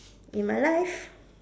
in my life